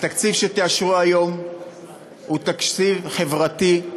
התקציב שתאשרו היום הוא תקציב חברתי,